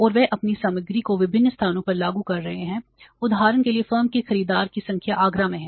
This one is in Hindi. और वे अपनी सामग्री को विभिन्न स्थानों पर लागू कर रहे हैं उदाहरण के लिए फर्म के खरीदार की संख्या आगरा में है